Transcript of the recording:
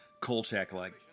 Kolchak-like